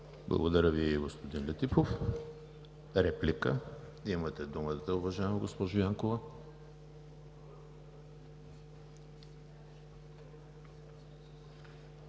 Благодаря Ви, господин Летифов. Реплика? Имате думата, уважаема госпожо Янкова.